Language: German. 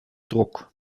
druck